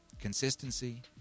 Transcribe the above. Consistency